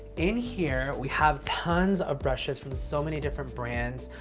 in here we have tons of brushes from so many different brands.